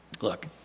Look